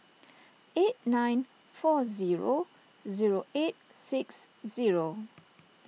eight nine four zero zero eight six zero